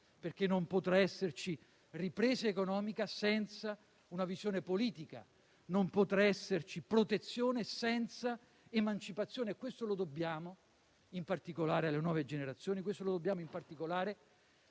perché non potrà esserci ripresa economica senza una visione politica, non potrà esserci protezione senza emancipazione. Questo lo dobbiamo in particolare alle nuove generazioni e a chi di più